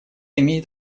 имеет